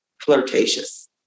flirtatious